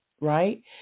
right